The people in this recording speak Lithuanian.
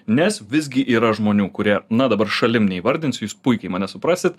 nes visgi yra žmonių kurie na dabar šalim neįvardinsiu jūs puikiai mane suprasit